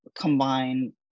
combine